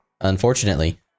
Unfortunately